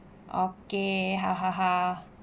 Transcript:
okay